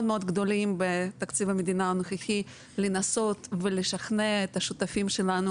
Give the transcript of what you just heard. גדולים בתקציב המדינה הנוכחי לנסות ולשכנע את השותפים שלנו